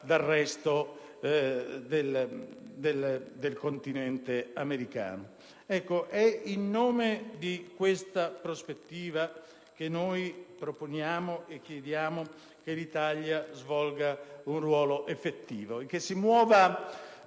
dal resto del continente americano. È in nome di questa prospettiva che proponiamo e chiediamo che l'Italia svolga un ruolo effettivo e che si muova